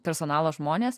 personalo žmonės